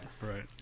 Right